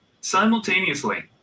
Simultaneously